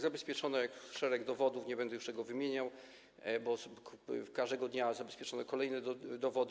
Zabezpieczono szereg dowodów, nie będę już tego wymieniał, bo każdego dnia zabezpieczano kolejne dowody.